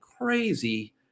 crazy